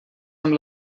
amb